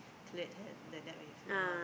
cleared her that debt with her mom